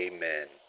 Amen